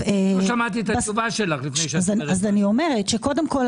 קודם כול,